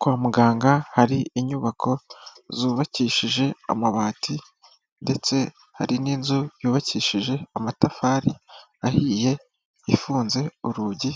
Kwa muganga hari inyubako zubakishije amabati ndetse hari n'inzu yubakishije amatafari ahiye ifunze urugi,